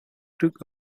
took